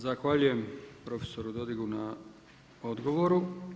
Zahvaljujem profesoru Dodigu na odgovoru.